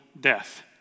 death